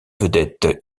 vedettes